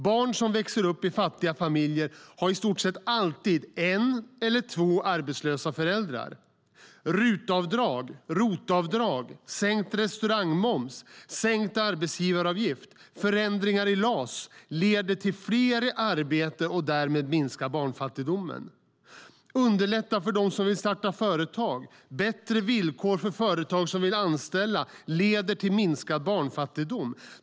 Barn som växer upp i fattiga familjer har i stort sett alltid en eller två arbetslösa föräldrar. RUT-avdrag, ROT-avdrag, sänkt restaurangmoms, sänkt arbetsgivaravgift och förändringar i LAS leder till fler i arbete och därmed minskad barnfattigdom. Det gäller att underlätta för dem som vill starta företag. Bättre villkor för företag som vill anställa leder till minskad barnfattigdom.